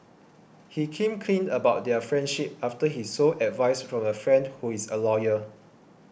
he came clean about their friendship after he sought advice from a friend who is a lawyer